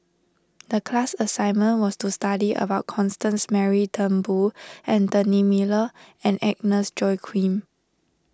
the class assignment was to study about Constance Mary Turnbull Anthony Miller and Agnes Joaquim